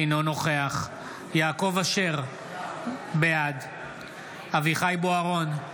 אינו נוכח יעקב אשר, בעד אביחי אברהם בוארון,